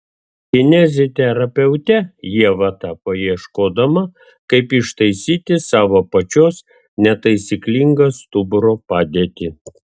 kineziterapeute ieva tapo ieškodama kaip ištaisyti savo pačios netaisyklingą stuburo padėtį